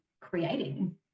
creating